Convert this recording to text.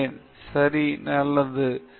பேராசிரியர் பிரதாப் ஹரிதாஸ் மிக இளமை சரி நல்லது